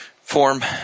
form